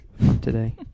Today